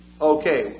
okay